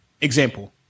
Example